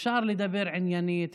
אפשר לדבר עניינית,